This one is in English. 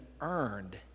earned